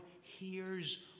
hears